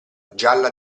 gialla